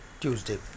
tuesday